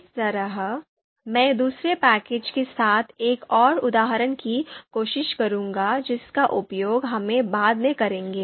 इसी तरह मैं दूसरे पैकेज के साथ एक और उदाहरण की कोशिश करूंगा जिसका उपयोग हम बाद में करेंगे